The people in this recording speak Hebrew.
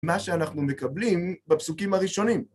מה שאנחנו מקבלים בפסוקים הראשונים.